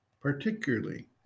particularly